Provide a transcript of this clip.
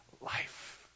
life